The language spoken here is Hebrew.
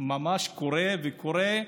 ממש קורא וקורא,